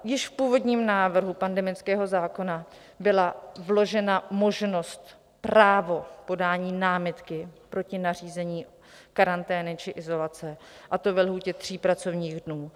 Již v původním návrhu pandemického zákona byla vložena možnost, právo podání námitky proti nařízení karantény či izolace, a to ve lhůtě tří pracovních dnů.